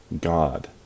God